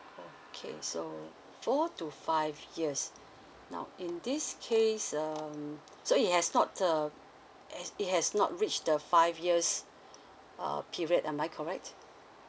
okay so four to five years now in this case um so it has not um has it has not reached the five years uh period am I correct